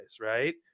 right